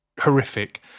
horrific